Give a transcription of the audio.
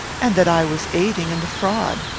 and that i was aiding in the fraud.